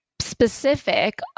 specific